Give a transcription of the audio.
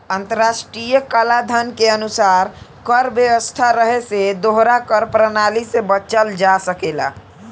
अंतर्राष्ट्रीय कलाधन के अनुसार कर व्यवस्था रहे से दोहरा कर प्रणाली से बचल जा सकेला